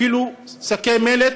אפילו שקי מלט,